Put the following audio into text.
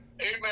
Amen